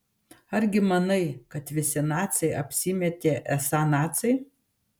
argi manai kad visi naciai apsimetė esą naciai